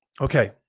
Okay